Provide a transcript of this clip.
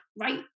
right